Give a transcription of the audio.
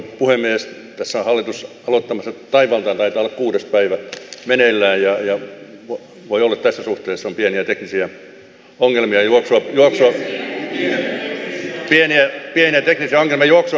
tässä on hallitus aloittamassa taivaltaan taitaa olla kuudes päivä meneillään ja voi olla että tässä suhteessa on pieniä teknisiä ongelmia pieniä teknisiä ongelmia ja juoksua pitää parantaa